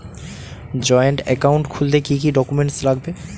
Joint account খুলতে কি কি ডকুমেন্টস লাগবে?